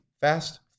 fast